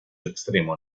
extremo